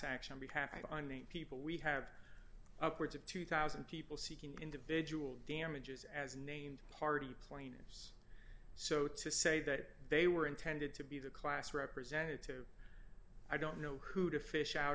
action be happened on the people we have upwards of two thousand people seeking individual damages as named party plane so to say that they were intended to be the class representative i don't know who to fish out